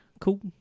cool